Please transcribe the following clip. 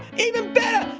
even better!